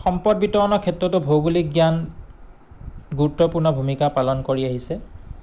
সম্পদ বিতৰণৰ ক্ষেত্ৰতো ভৌগোলিক জ্ঞান গুৰুত্বপূৰ্ণ ভূমিকা পালন কৰি আহিছে